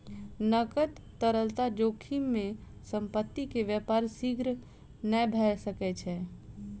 नकद तरलता जोखिम में संपत्ति के व्यापार शीघ्र नै भ सकै छै